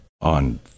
on